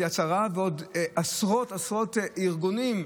את יד שרה ועוד עשרות עשרות ארגונים,